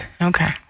Okay